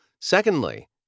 Secondly